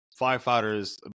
Firefighters